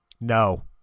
no